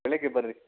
ಬೆಳಿಗ್ಗೆ ಬರ್ರಿ